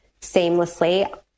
seamlessly